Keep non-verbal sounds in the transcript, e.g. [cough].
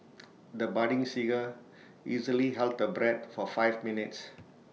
[noise] the budding singer easily held her breath for five minutes